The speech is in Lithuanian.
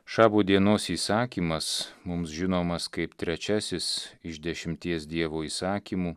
šabo dienos įsakymas mums žinomas kaip trečiasis iš dešimties dievo įsakymų